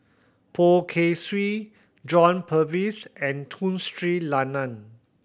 Poh Kay Swee John Purvis and Tun Sri Lanang